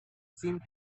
seemed